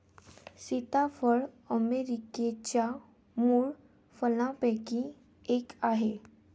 सीताफळ अमेरिकेच्या मूळ फळांपैकी एक आहे